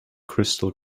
crystal